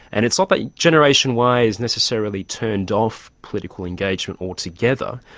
and it's not that generation y is necessarily turned off political engagement altogether,